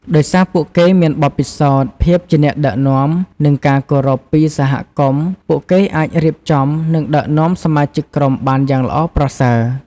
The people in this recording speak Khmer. ដោយសារពួកគេមានបទពិសោធន៍ ភាពជាអ្នកដឹកនាំ និងការគោរពពីសហគមន៍ ពួកគេអាចរៀបចំ និងដឹកនាំសមាជិកក្រុមបានយ៉ាងល្អប្រសើរ។